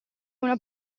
una